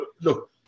Look